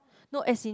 no as in